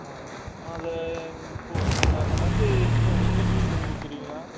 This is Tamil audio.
ஆ ஆ அந்த நாங்க அந்த நண்டு எப்படிண்ணா நீங்களே க்ளீன் பண்ணி கொடுத்துருவீங்களா